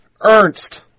Ernst